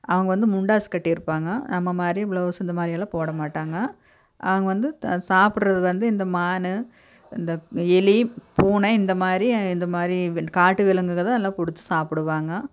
அவங்க வந்து முண்டாஸ் கட்டிருப்பாங்க நம்ம மாதிரி பிளவுஸ் இந்த மாதிரி எல்லாம் போட மாட்டாங்க அவங்க வந்து த சாப்புடுறது வந்து இந்த மான் இந்த எலி பூனை இந்த மாதிரி இந்த மாதிரி வென் காட்டு விலங்குகள் தான் எல்லா பிடிச்சி சாப்புடுவாங்க